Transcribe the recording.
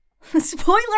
Spoiler